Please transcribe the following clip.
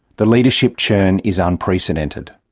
the leadership churn is unprecedented.